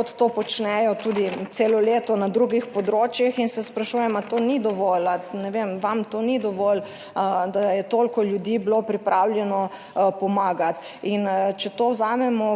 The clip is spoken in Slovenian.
to počnejo tudi celo leto na drugih področjih, in se sprašujem, ali to ni dovolj ali, ne vem, vam to ni dovolj, da je toliko ljudi bilo pripravljeno pomagati, in če to vzamemo